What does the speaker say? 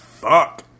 Fuck